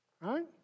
Right